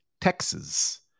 Texas